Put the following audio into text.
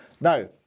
Now